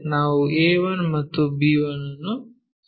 ನಾವು a1 ಮತ್ತು b1 ಅನ್ನು ಸೇರಿಸುವ